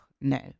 no